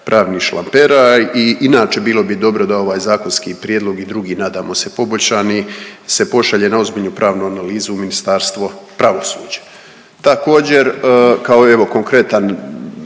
pravni šlamperaj i inače bilo bi dobro da ovaj zakonski prijedlog i drugi nadamo se poboljšani se pošalje na ozbiljnu pravnu analizu u Ministarstvo pravosuđa.